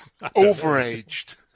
Overaged